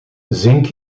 zink